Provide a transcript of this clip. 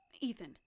Ethan